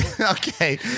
Okay